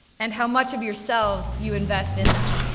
and how much of yourselves you invest in them.